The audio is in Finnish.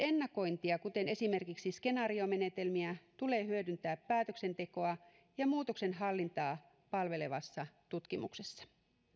ennakointia kuten esimerkiksi skenaariomenetelmiä tulee hyödyntää päätöksentekoa ja muutoksenhallintaa palvelevassa tutkimuksessa